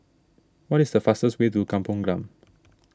what is the fastest way to Kampong Glam